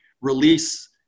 release